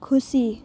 खुसी